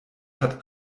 hat